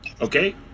Okay